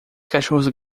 cachorros